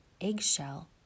eggshell